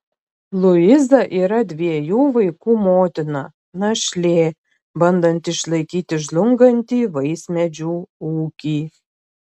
luiza yra dviejų vaikų motina našlė bandanti išlaikyti žlungantį vaismedžių ūkį